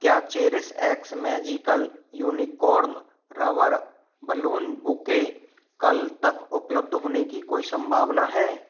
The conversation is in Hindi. क्या cherish x magical unicorn rubber balloon bouquet कल तक उपलब्ध होने की कोई संभावना है